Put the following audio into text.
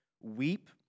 weep